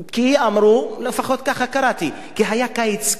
כי אמרו, לפחות ככה קראתי, שהיה קיץ קל,